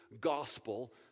gospel